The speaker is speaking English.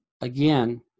again